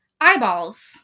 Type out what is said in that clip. Eyeballs